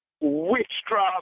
witchcraft